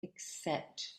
except